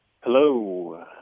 Hello